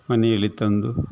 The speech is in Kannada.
ಮನೆಯಲ್ಲಿ ತಂದು